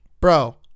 Bro